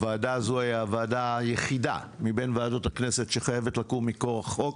הוועדה הזו היא הוועדה היחידה מבין ועדות הכנסת שחייבת לקום מכוח חוק.